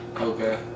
Okay